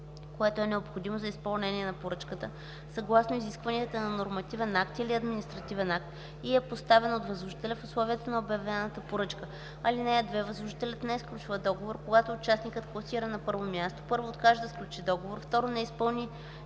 което е необходимо за изпълнение на поръчката съгласно изискванията на нормативен или административен акт и е поставено от възложителя в условията на обявената поръчка. (2) Възложителят не сключва договор, когато участникът, класиран на първо място: 1. откаже да сключи договор; 2. не изпълни